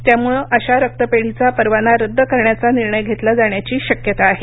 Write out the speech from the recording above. त्यामुळं अशा रक्तपेढीचा परवाना रद्द करण्याचा निर्णय घेतला जाण्याची शक्यता आहे